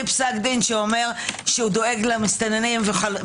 פסק דין שאומר שהוא דואג למסתננים.